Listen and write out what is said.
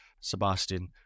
Sebastian